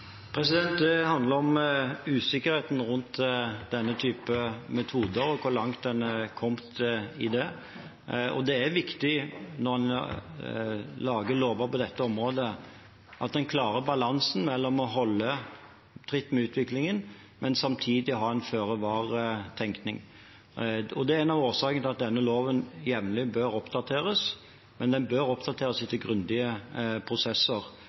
Det handler om usikkerheten rundt denne typen metoder og hvor langt en er kommet i det. Det er viktig når en lager lover på dette området, at en klarer balansen mellom å holde tritt med utviklingen samtidig som en har en føre-var-tenkning. Det er en av årsakene til at denne loven jevnlig bør oppdateres. Men den bør oppdateres etter grundige prosesser.